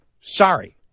sorry